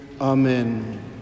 Amen